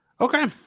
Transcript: Okay